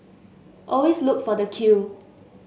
always look for the queue